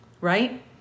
right